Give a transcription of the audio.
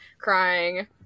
crying